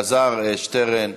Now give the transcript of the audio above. אלעזר שטרן,